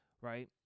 right